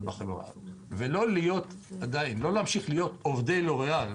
בחברה ולא להמשיך להיות עובדי לוריאל,